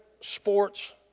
sports